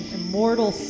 immortal